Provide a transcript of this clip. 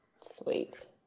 Sweet